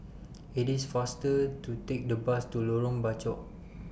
IT IS faster to Take The Bus to Lorong Bachok